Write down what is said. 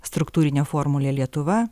struktūrinė formulė lietuva